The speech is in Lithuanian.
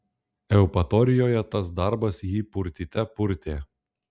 eupatorijoje tas darbas jį purtyte purtė